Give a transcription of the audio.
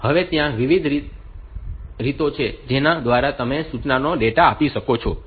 હવે ત્યાં વિવિધ રીતો છે જેના દ્વારા તમે સૂચનાનો ડેટા આપી શકો છો